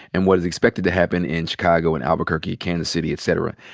and what is expected to happen in chicago and albuquerque, kansas city, et cetera.